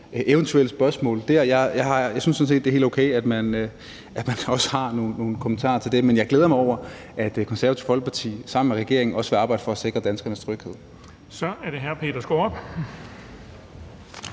dem der, og jeg synes sådan set også, det er helt okay, at man har nogle kommentarer til det. Men jeg glæder mig over, at Det Konservative Folkeparti sammen med regeringen også vil arbejde for at sikre danskernes tryghed.